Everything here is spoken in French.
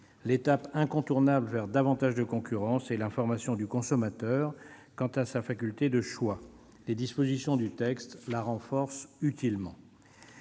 L'étape incontournable vers davantage de concurrence est l'information du consommateur quant à sa faculté de choix. Les dispositions du texte la renforcent utilement.